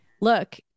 look